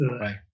right